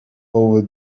over